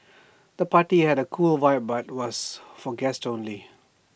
the party had A cool vibe but was for guests only